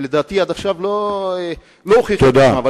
שלדעתי עד עכשיו לא הוכיחה את עצמה.